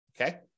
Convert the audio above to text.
okay